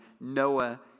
Noah